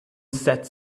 sat